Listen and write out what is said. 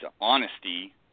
honesty